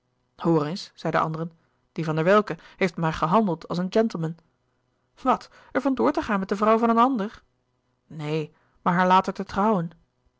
eens zeiden anderen die van der welcke heeft maar gehandeld als een gentleman wat er van door te gaan met de vrouw van een ander neen maar haar later te trouwen